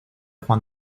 juan